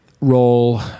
role